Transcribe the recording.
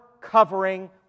covering